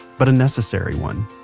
but a necessary one.